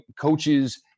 coaches